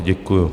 Děkuju.